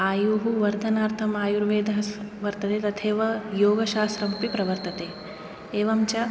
आयुः वर्धनार्थम् आयुर्वेदः वर्तते तथैव योगशास्त्रमपि प्रवर्तते एवञ्च